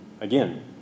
again